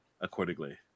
accordingly